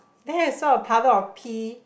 then I saw a puddle of pee